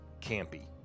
campy